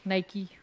Nike